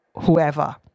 whoever